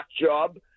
job